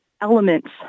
elements